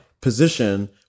position